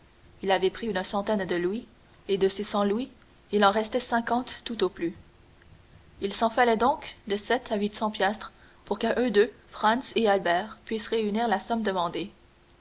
il avait pris une centaine de louis et de ces cent louis il en restait cinquante tout au plus il s'en fallait donc de sept à huit cents piastres pour qu'à eux deux franz et albert pussent réunir la somme demandée